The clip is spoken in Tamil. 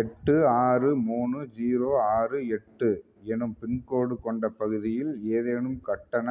எட்டு ஆறு மூணு ஜீரோ ஆறு எட்டு எனும் பின்கோடு கொண்ட பகுதியில் ஏதேனும் கட்டண